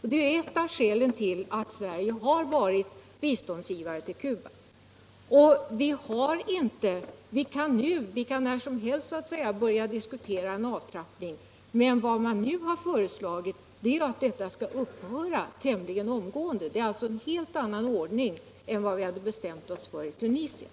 Cubas isolering i förhållande till västvärlden är ju ett av skälen till att Sverige har varit biståndsgivare till Cuba. Vi kan i och för sig börja diskutera en avtrappning. Men vad man nu har föreslagit från borgerligt håll är ju att biståndet skall upphöra tämligen omgående. Det är alltså en helt annan ordning än vad vi tillämpat i fråga om Tunisien.